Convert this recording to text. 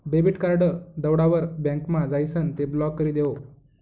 debit card दवडावर बँकमा जाइसन ते ब्लॉक करी देवो